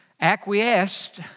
acquiesced